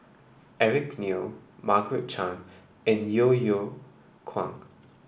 Eric Neo Margaret Chan and Yeo Yeow Kwang